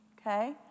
Okay